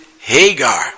Hagar